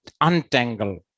untangle